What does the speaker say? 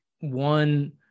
one